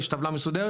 יש טבלה מסודרת,